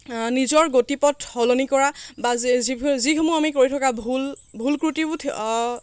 নিজৰ গতিপথ সলনি কৰা বা যিসমূহ আমি কৰি থকা ভুল ভুল ত্ৰুটিবোৰ